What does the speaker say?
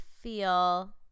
feel